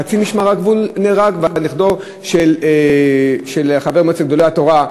כשקצין משמר הגבול נהרג ונכדו של חבר מועצת גדולי התורה,